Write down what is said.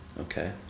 Okay